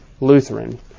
Lutheran